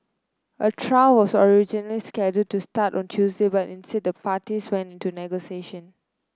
a trial was originally scheduled to start on Tuesday but instead the parties went into negotiation